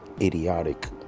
idiotic